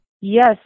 Yes